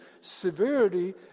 severity